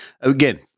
again